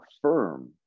firm